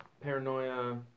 paranoia